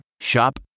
Shop